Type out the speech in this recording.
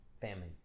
Family